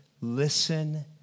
listen